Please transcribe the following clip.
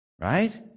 Right